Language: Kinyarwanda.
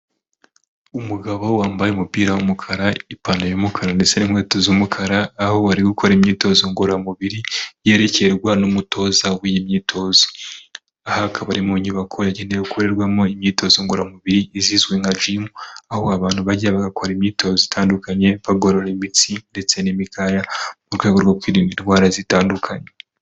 Umugabo wambaye umupira w'umukara ipantaro y’umukara ndetse n'inkweto z'umukara ,aho ari gukora imyitozo ngororamubiri yerekerwa n'umutoza w’imyitozo. Aha akaba ari mu nyubako yagenewe gukorerwamo imyitozo ngororamubiri izizwi nka gym aho abantu bajya bagakora imyitozo itandukanye bagorora imitsi ndetse n'imikaya mu rwego rwo kwirinda indwara zitandukanye.